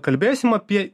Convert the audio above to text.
kalbėsim apie